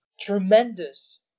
tremendous